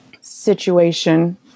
situation